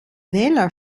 wähler